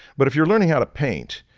but if you're learning how to paint,